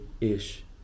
Ish